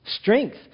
strength